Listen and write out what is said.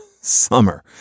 summer